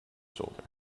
shoulder